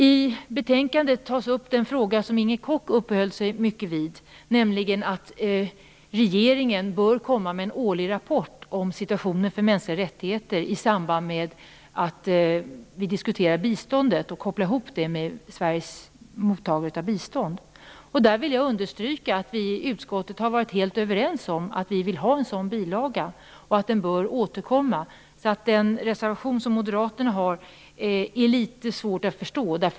I betänkandet tas också upp den fråga som Inger Koch uppehöll sig mycket vid, nämligen att regeringen bör komma med en årlig rapport om situationen för mänskliga rättigheter i samband med att vi diskuterar biståndet och koppla ihop det med Sveriges biståndsgivning. Där vill jag understryka att vi i utskottet har varit helt överens om att vi vill ha en sådan bilaga och att den bör vara återkommande. Moderaternas reservation är därför litet svår att förstå.